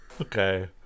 Okay